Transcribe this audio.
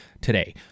today